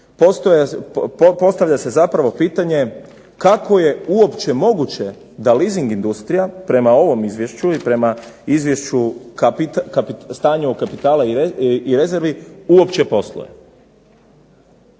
postavlja se pitanje kako je moguće da leasing industrija prema ovom Izvješću i prema Izvješću o stanju kapitala i rezervi uopće posluje.